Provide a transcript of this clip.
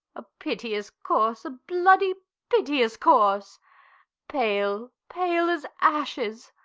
a piteous corse, a bloody piteous corse pale, pale as ashes,